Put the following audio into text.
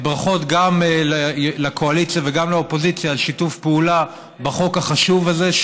ברכות גם לקואליציה וגם לאופוזיציה על שיתוף פעולה בחוק החשוב הזה,